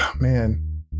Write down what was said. man